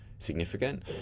significant